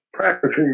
Practicing